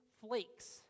flakes